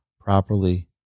properly